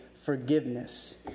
forgiveness